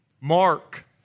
Mark